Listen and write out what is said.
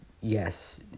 Yes